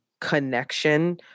connection